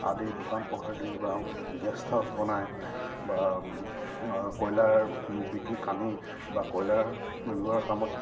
আদি দোকান পোহাৰ দি বা গেষ্ট হাউচ বনাই বা কয়লাৰ বিক্ৰী কানি বা কয়লাৰ ওলোৱাৰ কামত